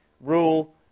rule